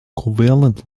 covalent